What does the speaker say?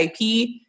IP